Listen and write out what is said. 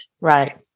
right